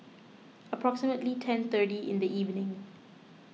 approximately ten thirty in the evening